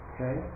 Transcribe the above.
Okay